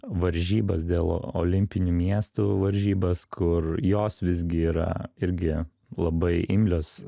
varžybas dėl olimpinių miestų varžybas kur jos visgi yra irgi labai imlios